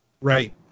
Right